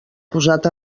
posat